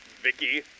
Vicky